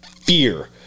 fear